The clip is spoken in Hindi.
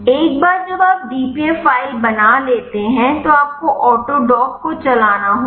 एक बार जब आप dpf फ़ाइल बना लेते हैं तो आपको ऑटोडॉक को चलाना होगा